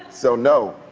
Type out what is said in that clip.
so, no.